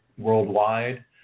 worldwide